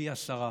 פי עשרה,